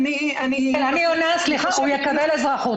הוא יקבל אזרחות.